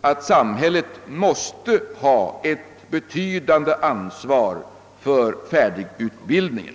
att samhället måste ha ett betydande ansvar för färdigutbildningen.